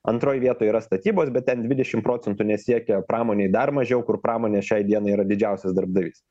antroj vietoj yra statybos bet ten dvidešimt procentų nesiekia pramonėj dar mažiau kur pramonė šiai dienai yra didžiausias darbdavys